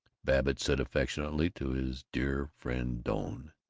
babbitt said affectionately to his dear friend doane.